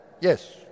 Yes